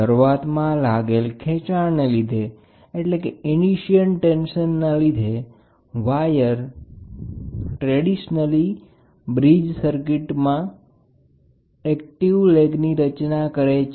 શરૂઆતમાં લાગેલ ખેંચાણને લીધે વાયર પરંપરાગત બ્રિજ સર્કિટમાં એક્ટિવ લેગની રચના કરે છે